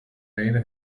later